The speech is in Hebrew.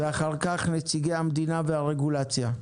ואחר כך נציגי המדינה והרגולציה.